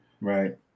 Right